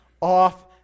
off